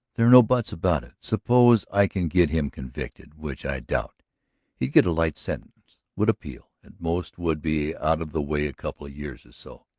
there are no buts about it. suppose i can get him convicted, which i doubt he'd get a light sentence, would appeal, at most would be out of the way a couple of years or so.